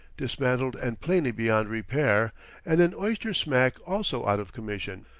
dismantled and plainly beyond repair and an oyster-smack also out of commission.